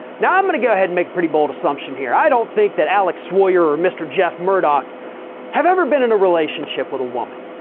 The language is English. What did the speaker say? now i'm going to go ahead and make pretty bold assumption here. i don't think that alex sawyer or mr jeff murdoch have ever been in a relationship with a woman.